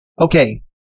Okay